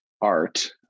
art